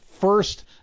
first